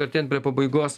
artėjant prie pabaigos